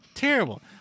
terrible